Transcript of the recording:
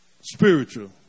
spiritual